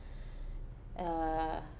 uh